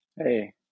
Hey